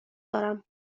دارم